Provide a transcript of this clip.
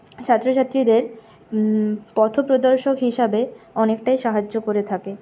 ছাত্রছাত্রীদের পথপ্রদর্শক হিসাবে অনেকটাই সাহায্য করে থাকে